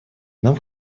нам